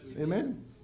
Amen